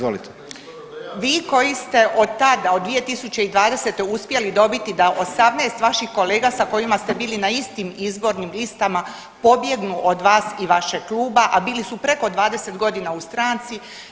vi koji ste od tada od 2020. uspjeli dobiti da 18 vaših kolega sa kojima ste bili na istim izbornim listama pobjegnu od vas i vašeg kluba, a bili su preko 20 godina u stranci.